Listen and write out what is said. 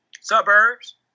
suburbs